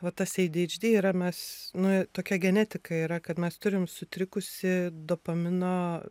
va tas ei dy eidž dy yra mes nu tokia genetika yra kad mes turim sutrikusį dopamino